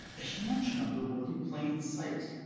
a huge number work in plain sight.